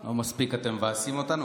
לא מספיק אתם מבאסים אותנו,